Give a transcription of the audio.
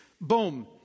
boom